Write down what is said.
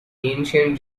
ancient